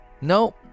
No